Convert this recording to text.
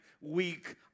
weak